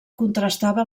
contrastava